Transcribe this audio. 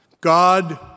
God